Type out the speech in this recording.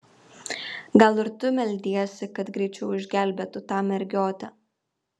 gal ir tu meldiesi kad greičiau išgelbėtų tą mergiotę